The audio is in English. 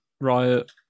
Riot